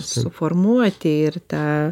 suformuoti ir tą